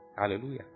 Hallelujah